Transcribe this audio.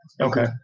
Okay